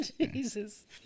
Jesus